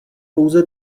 pouze